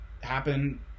happen